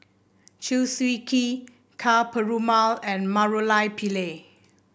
Chew Swee Kee Ka Perumal and Murali Pillai